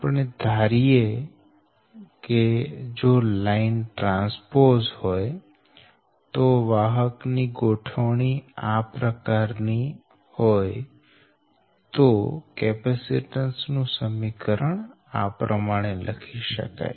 આપણે ધારીએ કે જો લાઈન ટ્રાન્સપોઝ હોય અને વાહક ની ગોઠવણી આ પ્રકારની હોય તો કેપેસીટન્સ નું સમીકરણ આ રીતે લખી શકાય